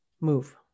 move